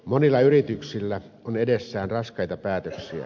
monilla yrityksillä on edessään raskaita päätöksiä